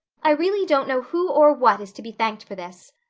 i really don't know who or what is to be thanked for this.